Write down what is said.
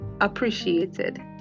appreciated